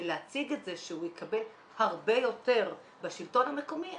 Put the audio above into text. ולהציג את זה שהוא יקבל הרבה יותר בשלטון המקומי,